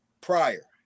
prior